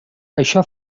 això